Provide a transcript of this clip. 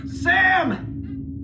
Sam